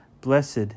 Blessed